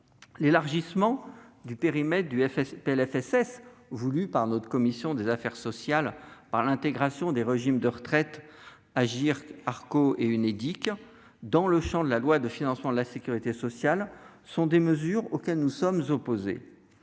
L'élargissement du périmètre du PLFSS, voulu par notre commission des affaires sociales, par l'intégration des régimes de retraite Agirc-Arrco et de l'Unédic dans le champ de la loi de financement de la sécurité sociale, est une mesure à laquelle nous sommes opposés.